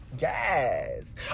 Yes